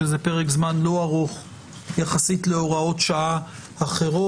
שזה פרק זמן לא ארוך יחסית להוראות שעה אחרות.